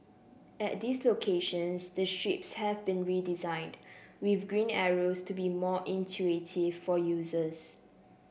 at these locations the strips have been redesigned with green arrows to be more intuitive for users